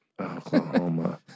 Oklahoma